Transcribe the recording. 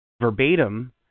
verbatim